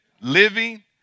living